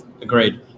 Agreed